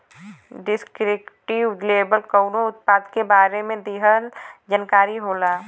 descriptive label कउनो उत्पाद के बारे में दिहल जानकारी होला